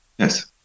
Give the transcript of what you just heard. Yes